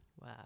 Wow